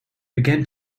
began